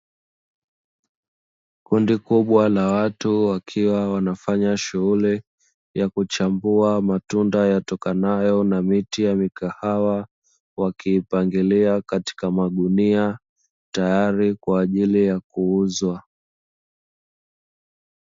Kundi kubwa la watu wakiwa wanafanya shughuli ya kuchambua matunda yatokanayo na miti ya mikahawa wakiipangilia katika magunia tayari kwa ajili ya kuuzwa.